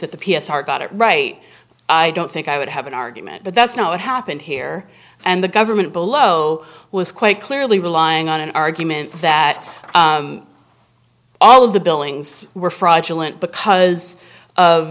that the p s r got it right i don't think i would have an argument but that's not what happened here and the government below was quite clearly relying on argument that all of the billings were fraudulent because of